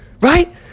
Right